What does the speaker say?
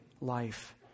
life